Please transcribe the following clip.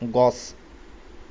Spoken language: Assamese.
গছ